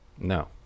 No